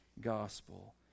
gospel